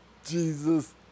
Jesus